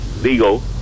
legal